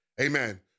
amen